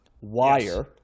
Wire